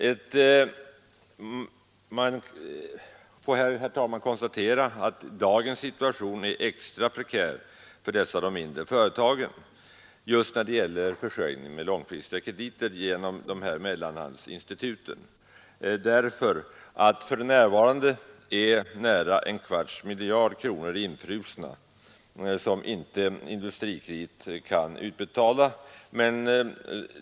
Man får, herr talman, konstatera att dagens situation är extra prekär för de mindre företagen just när det gäller försörjning med långfristiga krediter genom mellanhandsinstituten därför att för närvarande nära en fjärdedels miljard kronor är infrusna, som inte Industrikredit kan betala ut.